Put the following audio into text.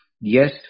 Yes